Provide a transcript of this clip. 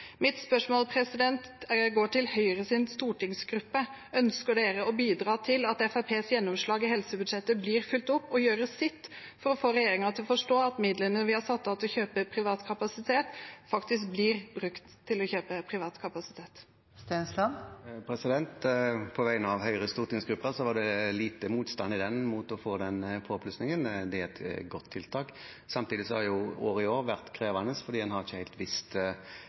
Mitt spørsmål går til Høyres stortingsgruppe: Ønsker man å bidra til at Fremskrittspartiets gjennomslag i helsebudsjettet blir fulgt opp, og gjøre sitt for å få regjeringen til å forstå at midlene vi har satt av til å kjøpe private kapasitet, faktisk blir brukt til å kjøpe privat kapasitet? På vegne av Høyres stortingsgruppe vil jeg si at det var lite motstand mot å få den påplussingen. Det er et godt tiltak. Samtidig har året i år vært krevende, for en har ikke visst